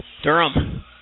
Durham